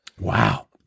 Wow